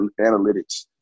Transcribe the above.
analytics